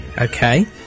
Okay